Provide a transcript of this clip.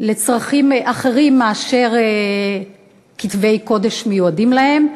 לצרכים אחרים מאלה שכתבי קודש מיועדים להם,